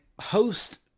host